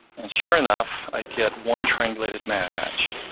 and sure enough, i get one triangulated match,